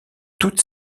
toute